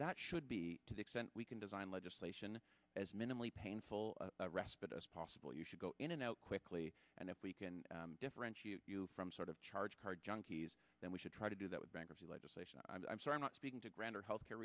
that should be to the extent we can design legislation as minimally painful respite as possible you should go in and out quickly and if we can differentiate you from sort of charge card junkies then we should try to do that with bankruptcy legislation i'm sorry not speaking to render health care